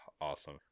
Awesome